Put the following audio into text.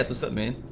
ah summit